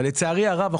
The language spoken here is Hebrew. לצערי הרב,